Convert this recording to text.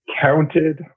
counted